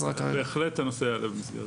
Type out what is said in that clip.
בהחלט יעלה.